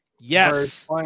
Yes